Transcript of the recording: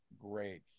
great